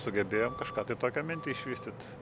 sugebėjom kažką tai tokią mintį išvystyt